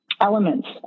elements